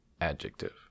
Adjective